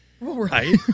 right